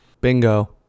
Bingo